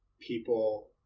People